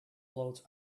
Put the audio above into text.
floats